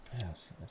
Yes